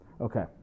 Okay